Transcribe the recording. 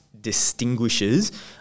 distinguishes